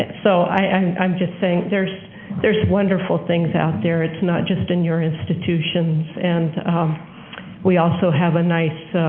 so i'm just saying, there's there's wonderful things out there, it's not just in your institutions, and we also have a nice